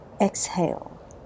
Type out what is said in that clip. Exhale